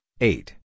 eight